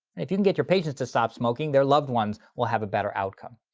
if you can get your patients to stop smoking, their loved ones will have a better outcome.